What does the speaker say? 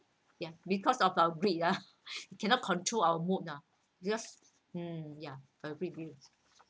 ya because of our greed ah cannot control our mood ah just um yeah agree agree